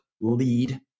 lead